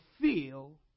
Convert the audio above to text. feel